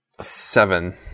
Seven